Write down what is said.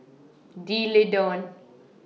D'Leedon